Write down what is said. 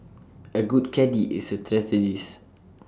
A good caddie is A strategist